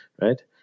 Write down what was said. right